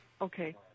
Okay